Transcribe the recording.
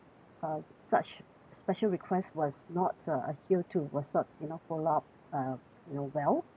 uh such special request was not uh adhere to was not you know follow up uh you know well